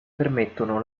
permettono